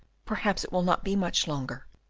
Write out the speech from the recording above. perhaps it will not be much longer.